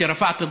הוא חייב לדבר?